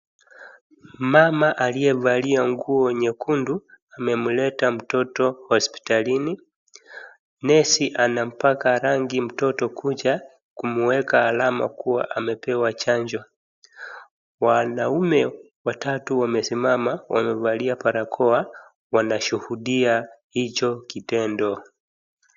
Mama aliyevalia nguo nyekundu, amemleta mtoto kwa hospitalini, nesi anampaka rangi mtoto kucha kumweka alama kuwa amepewa chanjo. Wanaume watatu wamesimama wamevalia barakoa wanashuhudia hicho kitendo.